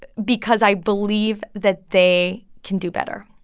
because i believe that they can do better.